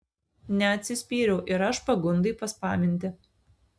neatsispyriau ir aš pagundai paspaminti